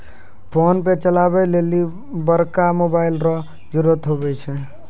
PhonePe चलबै लेली बड़का मोबाइल रो जरुरत हुवै छै